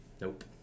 Nope